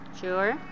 Sure